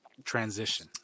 Transition